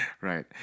right